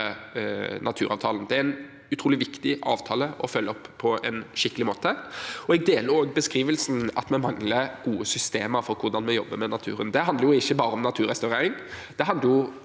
naturavtalen. Det er en utrolig viktig avtale å følge opp på en skikkelig måte. Jeg er enig i beskrivelsen av at vi mangler gode systemer for hvordan vi jobber med naturen. Det handler ikke bare om naturrestaurering, det handler